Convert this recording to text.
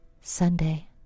Sunday